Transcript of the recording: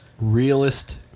realist